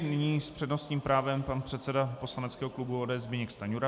Nyní s přednostním právem pan předseda poslaneckého klubu ODS Zbyněk Stanjura.